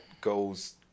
goes